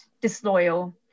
disloyal